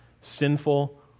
sinful